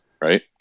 right